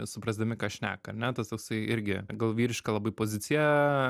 suprasdami ką šneka ar ne tas toksai irgi gal vyriška labai pozicija